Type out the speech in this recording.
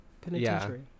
Penitentiary